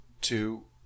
two